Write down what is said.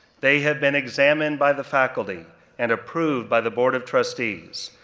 they have been examined by the faculty and approved by the board of trustees,